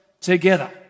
together